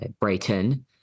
Brighton